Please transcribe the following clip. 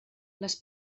les